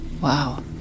Wow